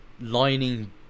lining